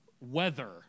weather